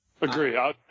Agree